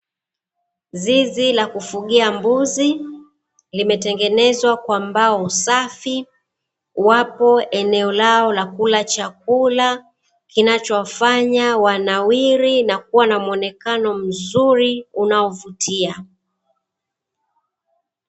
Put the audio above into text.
Zizi la kufugia mbuzi, limetengenezwa kwa mbao safi, wapo eneo lao la kula chakula, kinachowafanya wanawiri na kuwa na muonekano mzuri unaovutia.